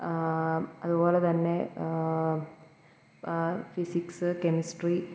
അതുപോലെ തന്നെ physics chemistry